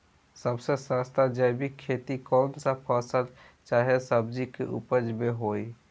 सबसे सस्ता जैविक खेती कौन सा फसल चाहे सब्जी के उपज मे होई?